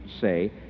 say